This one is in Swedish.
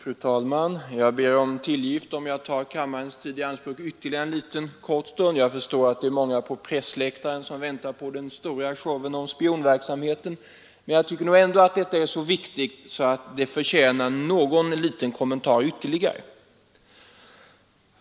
Fru talman! Jag ber om tillgift om jag tar kammarens tid i anspråk ytterligare en kort stund. Jag förstår att det är många på pressläktaren som väntar på den stora showen om spionverksamheten, men jag tycker ändå att detta ärende är så viktigt att det förtjänar någon liten ytterligare kommentar.